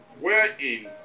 Wherein